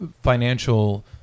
financial